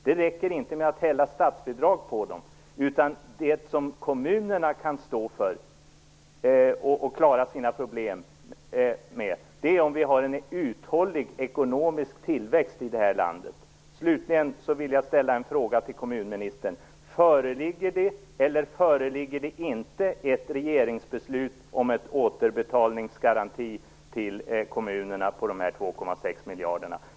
Det räcker inte att hälla statsbidrag på dem; det som kan klara kommunernas problem är att vi har en uthållig ekonomisk tillväxt i det här landet. Slutligen vill jag ställa en fråga till kommunministern: Föreligger det eller föreligger det inte ett regeringsbeslut om en återbetalningsgaranti till kommunerna när det gäller de 2,6 miljarderna?